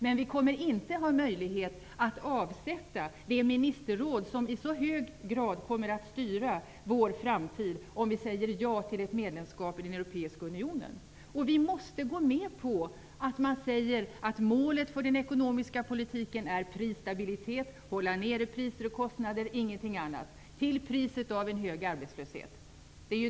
Men vi kommer inte att ha möjlighet att avsätta det ministerråd som i så hög grad kommer att styra vår framtid, om vi säger ja till ett medlemskap i den europeiska unionen. Vi måste gå med på att man säger att målet för den ekonomiska politiken är prisstabilitet, att hålla nere priser och kostnader -- ingenting annat -- till priset av en hög arbetslöshet.